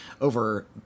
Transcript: over